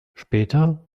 später